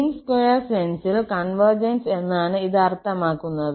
മീൻ square സെൻസിൽ convergence എന്നാണ് ഇത് അർത്ഥമാക്കുന്നത്